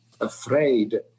afraid